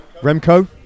Remco